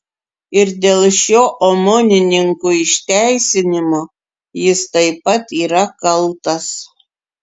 ir dėl šio omonininkų išteisinimo jis taip pat yra kaltas